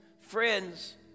friends